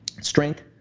strength